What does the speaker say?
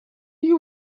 you